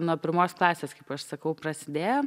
nuo pirmos klasės kaip aš sakau prasidėjo